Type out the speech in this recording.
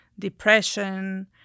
depression